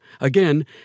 Again